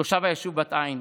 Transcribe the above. תושב היישוב בת עין.